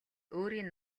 өөрийн